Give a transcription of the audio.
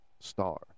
star